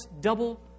double